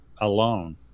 alone